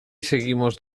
seguimos